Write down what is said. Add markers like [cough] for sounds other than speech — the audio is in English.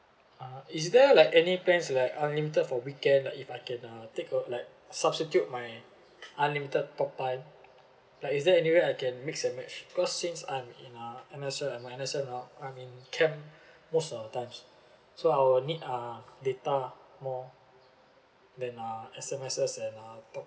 uh is there like any plans like unlimited for weekend like if I can uh take of like substitute my unlimited talk time like is there anyway I can mix and match because since I'm in uh N_S_F I might I'm in camp [breath] most of the times so I would need uh data more than uh S_M_Ss and uh talk time